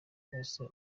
hose